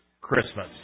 Christmas